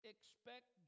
Expect